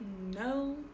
no